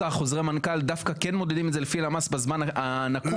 דווקא חוזרי מנכ"ל דווקא כן מודדים את זה לפי הלמ"ס בזמן הנקוב.